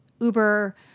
Uber